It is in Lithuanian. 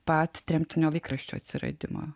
pat tremtinio laikraščio atsiradimo